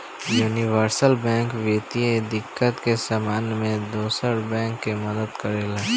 universal bank वित्तीय दिक्कत के समय में दोसर बैंक के मदद करेला